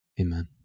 Amen